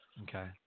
Okay